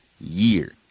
year